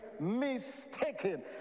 mistaken